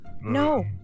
No